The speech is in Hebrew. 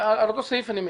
על אותו סעיף אני מעיר.